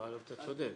אבל אתה צודק.